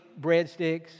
breadsticks